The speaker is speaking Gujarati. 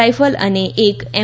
રાઇફલ અને એક એમ